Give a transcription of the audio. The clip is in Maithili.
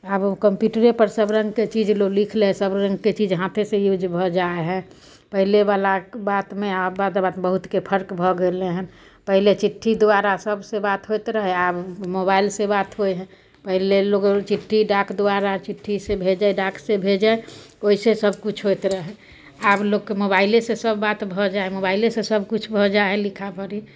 आब कम्पुटरे पर सब रङ्गके चीज लोग लिख लै हइ सब रङ्गके चीज हाथे से यूज भऽ जाए हइ पहिले बाला बातमे आब बाला बातमे बहुतके फर्क भऽ गेलै हन पहिले चिट्ठी द्वारा सबसे बात होइत रहे आब मोबाइल से बात होइ हइ पहिले लोक चिट्ठी डाक द्वारा चिट्ठी से भेजै डाक से भेजै ओहिसे सब किछु होइत रहै आब लोक मोबाइले से सब बात भऽ जाइ हइ मोबाइले से सब किछु भऽ जाइ हइ लिखा पढ़ी